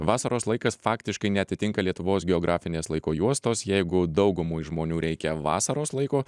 vasaros laikas faktiškai neatitinka lietuvos geografinės laiko juostos jeigu daugumai žmonių reikia vasaros laiko